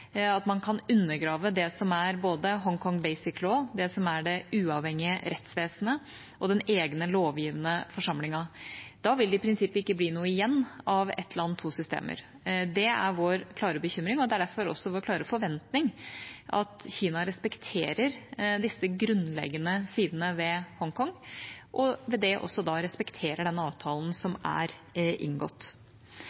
at man kan undergrave det som er både Hongkong «basic» lov, det som er det uavhengige rettsvesenet, og det som er den egne lovgivende forsamlingen. Da vil det i prinsippet ikke bli noe igjen av ett land, to systemer. Det er vår klare bekymring, og det er derfor også vår klare forventning at Kina respekterer disse grunnleggende sidene ved Hongkong, og ved det også respekterer den avtalen som